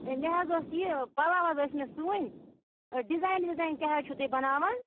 A مےٚ حظ اوس یہِ پَلو حظ ٲسۍ مےٚ سُوٕںی ڈِزایِن وِزایِن کیٛاہ حظ چھُ تُہۍ بَناوان